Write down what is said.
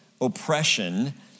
oppression